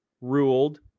ruled